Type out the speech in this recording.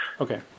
Okay